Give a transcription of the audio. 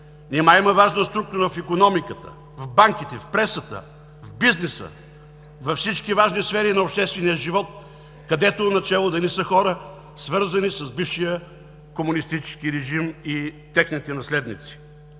Нима има важна структура в икономиката, в банките, в пресата, в бизнеса, във всички важни сфери на обществения живот, където начело да не са хора, свързани с бившия комунистически режим и техните наследници?!